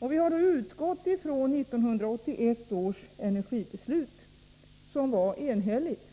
Vi har då utgått ifrån 1981 års energibeslut, som var enhälligt.